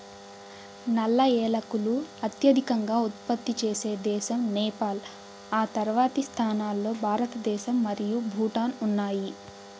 నల్ల ఏలకులు అత్యధికంగా ఉత్పత్తి చేసే దేశం నేపాల్, ఆ తర్వాతి స్థానాల్లో భారతదేశం మరియు భూటాన్ ఉన్నాయి